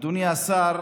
אדוני השר,